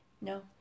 No